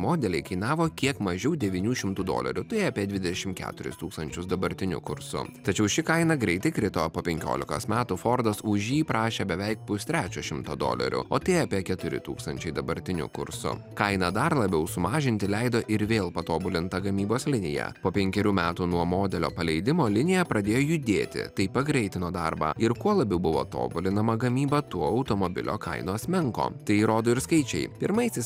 modeliai kainavo kiek mažiau devynių šimtų dolerių tai apie dvidešimt keturis tūkstančius dabartiniu kursu tačiau ši kaina greitai krito po penkiolikos metų fordas už jį prašė beveik pustrečio šimto dolerių o tai apie keturi tūkstančiai dabartiniu kursu kainą dar labiau sumažinti leido ir vėl patobulinta gamybos linija po penkerių metų nuo modelio paleidimo linija pradėjo judėti tai pagreitino darbą ir kuo labiau buvo tobulinama gamyba tuo automobilio kainos menko tai įrodo ir skaičiai pirmaisiais